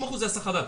90% זה הסחת דעת.